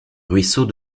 ruisseau